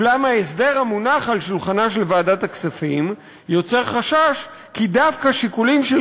אולם ההסדר המונח על שולחנה של ועדת הכספים יוצר חשש כי דווקא שיקולים של